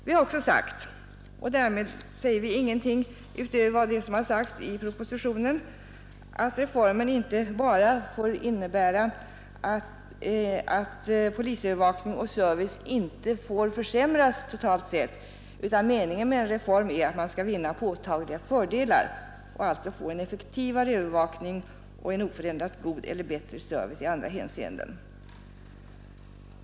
Vi har också framhållit — därmed säger vi ingenting utöver vad som sagts i propositionen — att reformen inte bara får innebära att polisövervakning och service inte får försämras totalt sett utan att meningen med en reform är att man skall vinna påtagliga fördelar och alltså få en effektivare övervakning och en oförändrat god eller bättre service i andra hänseenden.